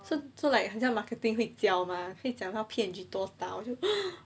so so like 很像 marketing 会教 mah 会讲到 P&G 多大